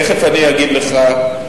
תיכף אני אגיד לך,